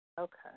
Okay